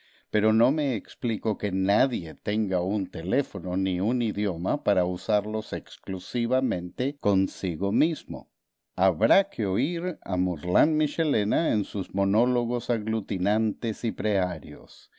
pero no me explico que nadie tenga un teléfono ni un idioma para usarlos exclusivamente consigo mismo habrá que oír a mourlane michelena en sus monólogos aglutinantes y